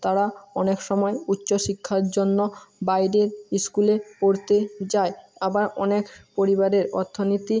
তারা অনেক সময় উচ্চশিক্ষার জন্য বাইরের ইস্কুলে পড়তে যায় আবার অনেক পরিবারের অর্থনীতি